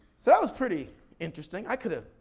so that was pretty interesting. i could have,